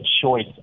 choice